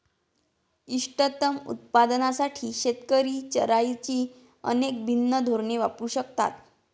इष्टतम उत्पादनासाठी शेतकरी चराईची अनेक भिन्न धोरणे वापरू शकतात